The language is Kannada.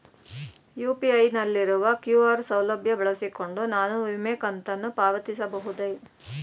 ಯು.ಪಿ.ಐ ನಲ್ಲಿರುವ ಕ್ಯೂ.ಆರ್ ಸೌಲಭ್ಯ ಬಳಸಿಕೊಂಡು ನಾನು ವಿಮೆ ಕಂತನ್ನು ಪಾವತಿಸಬಹುದೇ?